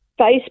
Facebook